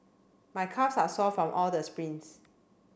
my calves are sore from all the sprints